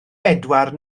bedwar